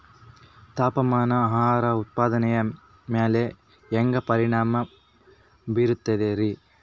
ತಾಪಮಾನ ಆಹಾರ ಉತ್ಪಾದನೆಯ ಮ್ಯಾಲೆ ಹ್ಯಾಂಗ ಪರಿಣಾಮ ಬೇರುತೈತ ರೇ?